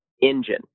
engine